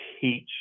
teach